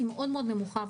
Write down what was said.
מאוד מאוד נמוכה.